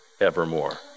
evermore